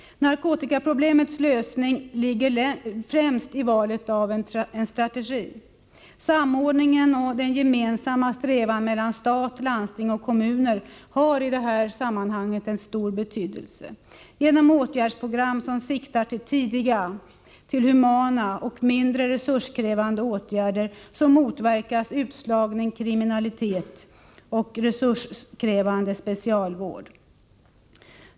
Narkotikaproblemets lösning ligger främst i valet av strategi. Samordningen och den gemensamma strävan mellan stat, landsting och kommuner har i detta sammanhang en stor betydelse. Genom åtgärdsprogram som siktar till tidiga, humana och mindre resurskrävande åtgärder motverkas utslagning, kriminalitet och resurskrävande specialvård.